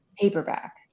paperback